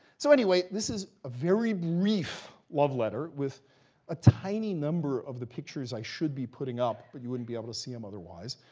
so anyway, this is a very brief love letter, with a tiny number of the pictures i should be putting up. but you wouldn't be able to see them, um otherwise.